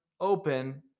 open